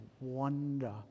wonder